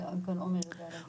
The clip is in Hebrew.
אולי עומר אתה יודע להגיד?